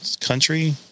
Country